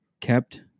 kept